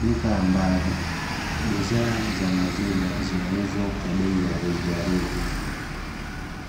Duka ambalo bidhaa za maziwa zinauzwa kwa bei ya rejareja.